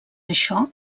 això